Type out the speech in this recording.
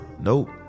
Nope